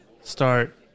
start